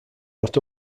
not